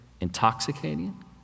intoxicating